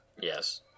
Yes